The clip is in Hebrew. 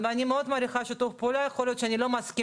שבועיים,